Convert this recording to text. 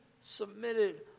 submitted